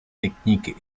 technique